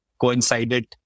coincided